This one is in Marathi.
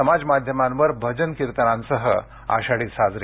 समाज माध्यमांवर भजन कीर्तनासह आषाढी साजरी